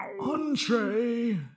Entree